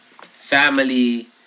family